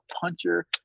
puncher